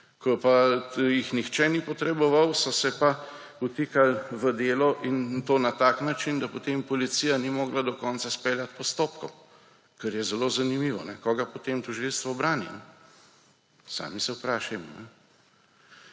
ko pa jih nihče ni potreboval, so se pa vtikal v delo, in to na tak način, da potem policija ni mogla do konca speljati postopkov, kar je zelo zanimivo − koga potem tožilstvo brani? Sami se vprašajmo.